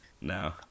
No